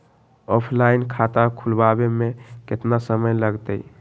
Offline खाता खुलबाबे में केतना समय लगतई?